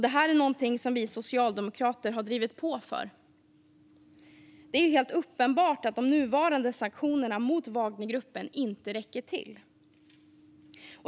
Detta är något vi socialdemokrater har drivit på för. Det är helt uppenbart att de nuvarande sanktionerna mot Wagnergruppen inte räcker till.